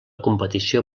competició